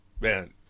Man